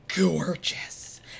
gorgeous